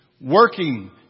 Working